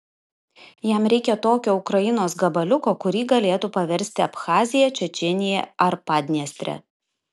jam reikia tokio ukrainos gabaliuko kurį galėtų paversti abchazija čečėnija ar padniestre